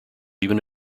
even